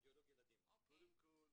קודם כל,